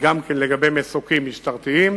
גם לגבי מסוקים משטרתיים,